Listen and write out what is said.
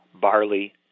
barley